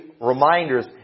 reminders